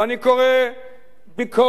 ואני קורא ביקורת